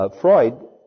Freud